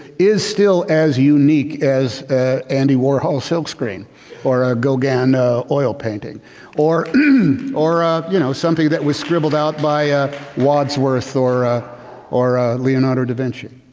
is still as unique as a andy warhol, silkscreen or a gauguin oil painting or or ah you know something that was scribbled out by wordsworth or ah or leonardo davinci,